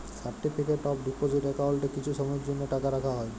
certificate of deposit একাউল্টে কিছু সময়ের জ্যনহে টাকা রাখা হ্যয়